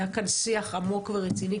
היה כאן שיח עמוק ורציני,